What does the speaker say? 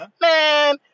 Man